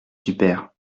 super